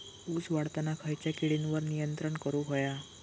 ऊस वाढताना खयच्या किडींवर नियंत्रण करुक व्हया?